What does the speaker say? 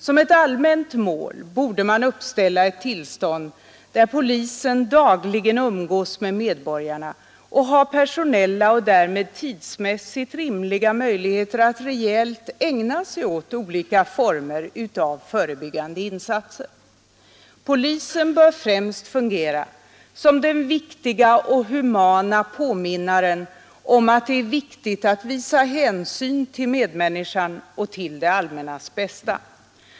Som ett allmänt mål borde man uppställa ett tillstånd där polisen dagligen umgås med medborgarna och har personella och därmed tidsmässigt rimliga möjligheter att rejält ägna sig åt olika former av förebyggande insatser. Polisen bör främst fungera som den viktiga och humana på minnaren om att det är viktigt att visa hänsyn till medmänniskan och till det allmännas bästa.